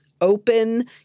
open